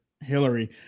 Hillary